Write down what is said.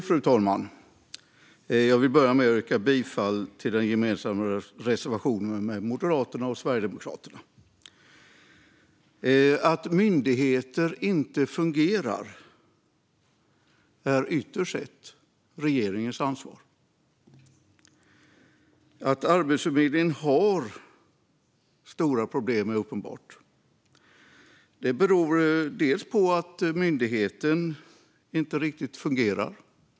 Fru talman! Jag vill börja med att yrka bifall till den gemensamma reservationen med Moderaterna och Sverigedemokraterna. Att myndigheter inte fungerar är ytterst sett regeringens ansvar. Att Arbetsförmedlingen har stora problem är uppenbart. Det beror på att myndigheten inte riktigt fungerar.